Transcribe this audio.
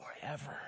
forever